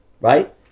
Right